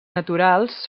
naturals